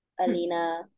Alina